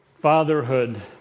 Fatherhood